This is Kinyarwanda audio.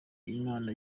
imana